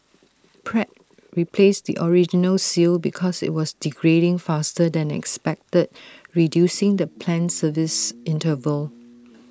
Pratt replaced the original seal because IT was degrading faster than expected reducing the planned service interval